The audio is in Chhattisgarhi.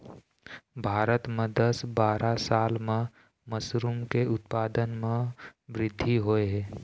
भारत म दस बारा साल म मसरूम के उत्पादन म बृद्धि होय हे